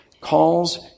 calls